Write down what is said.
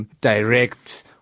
direct